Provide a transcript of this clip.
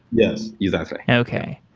yes, exactly okay.